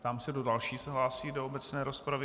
Ptám se, kdo další se hlásí do obecné rozpravy.